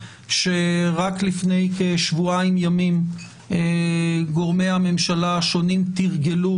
שרק לפני כשבועיים ימים גורמי הממשלה השונים תרגלו